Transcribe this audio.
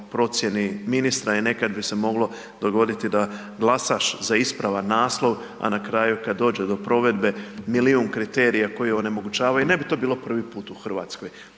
procjeni ministra i nekad bi se moglo dogoditi da glasaš za ispravan naslov, a na kraju kad dođe do provedbe milijun kriterija koji onemogućavaju i ne bi to bilo prvi put u Hrvatskoj.